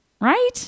right